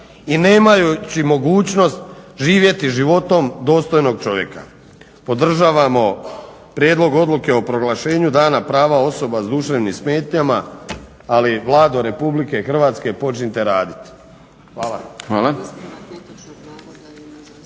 i nemajući mogućnost živjeti životom dostojnog čovjeka. Podržavamo Prijedlog odluke o proglašenju Dana prava osoba s duševnim smetnjama, ali Vlado Republike Hrvatske počnite raditi. Hvala.